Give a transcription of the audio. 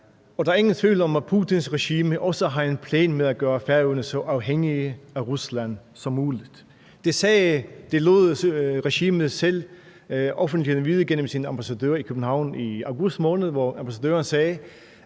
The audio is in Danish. og der er ingen tvivl om, at Putins regime også har en plan om at gøre Færøerne så afhængige af Rusland som muligt. Det lod regimet selv offentligheden vide gennem sin ambassadør i København i august måned, hvor ambassadøren sagde,